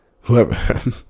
whoever